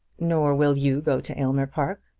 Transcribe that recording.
nor will you go to aylmer park?